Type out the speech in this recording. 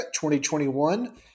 2021